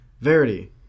Verity